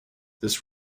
this